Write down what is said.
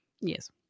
Yes